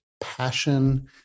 passion